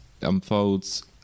unfolds